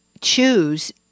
choose